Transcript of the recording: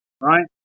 right